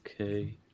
Okay